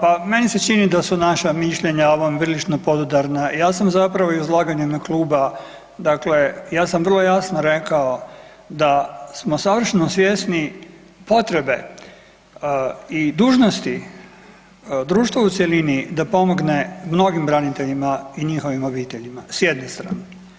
Pa meni se čini da su naša mišljenja o ovom prilično podudarna, ja sam zapravo u izlaganju u ime kluba dakle, ja sam vrlo jasno rekao da smo savršeno svjesni potrebe i dužnosti društva u cjelini da pomogne mnogim braniteljima i njihovim obiteljima, s jedne strane.